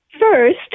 First